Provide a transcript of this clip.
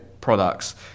products